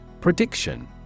Prediction